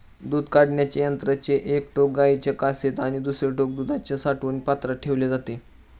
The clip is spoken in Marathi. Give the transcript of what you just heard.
दूध काढण्याच्या यंत्राचे एक टोक गाईच्या कासेत आणि दुसरे टोक दूध साठवण पात्रात ठेवले जाते